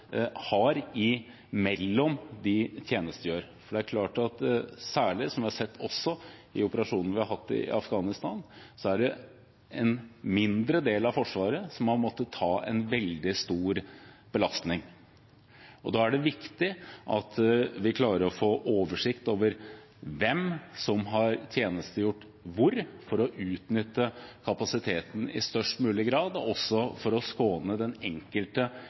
for det er særlig, som vi har sett i operasjonene vi har hatt i Afghanistan, en mindre del av Forsvaret som har måttet ta en veldig stor belastning. Da er det viktig at man klarer å få oversikt over hvem som har tjenestegjort hvor – for å utnytte kapasiteten i størst mulig grad og for å skåne den enkelte